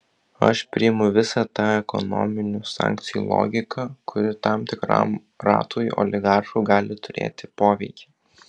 aš priimu visą tą ekonominių sankcijų logiką kuri tam tikram ratui oligarchų gali turėti poveikį